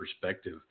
perspective